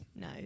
no